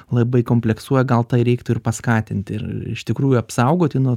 labai kompleksuoja gal tą ir reiktų ir paskatinti ir iš tikrųjų apsaugoti nuo